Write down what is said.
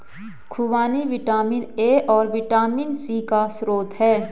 खूबानी vitamin A और vitamin C का स्रोत है